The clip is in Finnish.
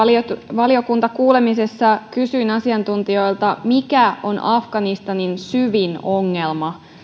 valiokuntakuulemisessa kysyin asiantuntijoilta mikä on afganistanin syvin ongelma